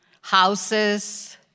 houses